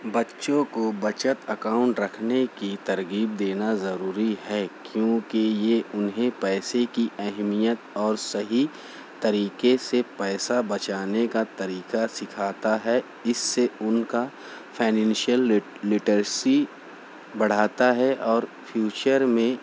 بچوں کو بچت اکاؤنٹ رکھنے کی ترغیب دینا ضروری ہے کیونکہ یہ انہیں پیسے کی اہمیت اور صحیح طریقے سے پیسہ بچانے کا طریقہ سکھاتا ہے اس سے ان کا فائنینشیل لیٹرسی بڑھاتا ہے اور فیوچر میں